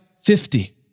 fifty